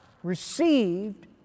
Received